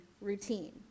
routine